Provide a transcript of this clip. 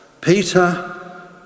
Peter